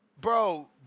Bro